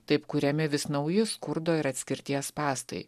taip kuriami vis nauji skurdo ir atskirties spąstai